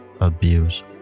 abuse